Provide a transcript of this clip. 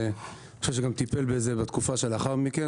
ואחרי זה טיפל בתקופה שלאחר מכן,